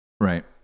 Right